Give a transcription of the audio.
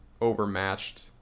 overmatched